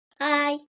Hi